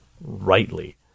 rightly